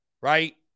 right